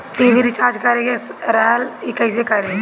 TV recharge करे के रहल ह कइसे करी?